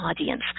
audience